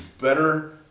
better